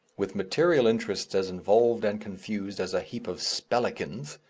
with material interests as involved and confused as a heap of spelicans,